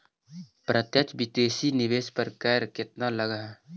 प्रत्यक्ष विदेशी निवेश पर कर केतना लगऽ हइ?